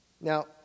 Now